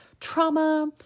trauma